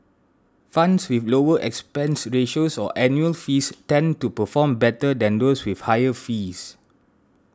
funds with lower expense ratios or annual fees tend to perform better than those with higher fees